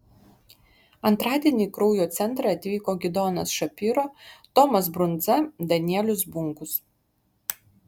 antradienį į kraujo centrą atvyko gidonas šapiro tomas brundza danielius bunkus